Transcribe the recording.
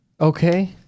Okay